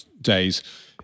days